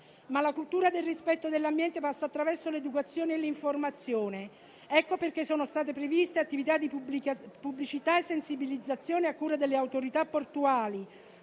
La cultura del rispetto dell'ambiente passa però attraverso l'educazione e l'informazione. Per questo motivo, sono state previste attività di pubblicità e sensibilizzazione, a cura delle autorità portuali